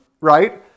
right